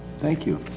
thank you.